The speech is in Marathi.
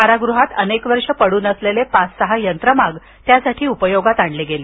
कारागृहात अनेक वर्ष पडून असलेले पाच सहा यंत्रमाग त्यासाठी उपयोगात आणले गेले